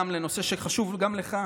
לנושא שחשוב גם לך,